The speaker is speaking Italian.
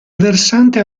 versante